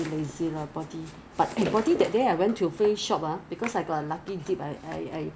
他没有你有没有在那边 check usual price or 他没有讲 usually 他有讲 free then usual price is something 没有啊